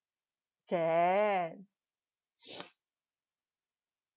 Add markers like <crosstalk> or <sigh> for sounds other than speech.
can <noise>